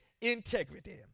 integrity